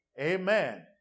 Amen